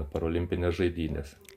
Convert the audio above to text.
parolimpines žaidynes